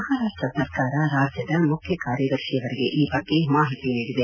ಮಹಾರಾಪ್ಟ ಸರ್ಕಾರ ರಾಜ್ಯದ ಮುಖ್ಯಕಾರ್ಯದರ್ಶಿಯವರಿಗೆ ಈ ಬಗ್ಗೆ ಮಾಹಿತಿ ನೀಡಿದೆ